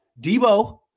Debo